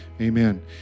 Amen